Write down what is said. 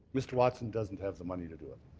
mr. watson doesn't have the money to do it.